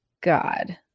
God